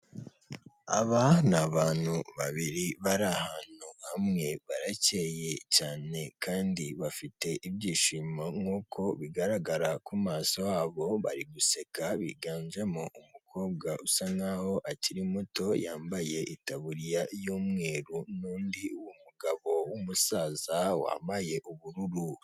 Aba abantu babiri bari ahantu hamwe barakeye cyane kandi bafite ibyishimo nk'uko bigaragara ku maso habo bari guseka, biganjemo umukobwa usa nkaho akiri muto yambaye itaburiya y'umweru n'undi uwo mugabo w'umusaza wambaye ubururu.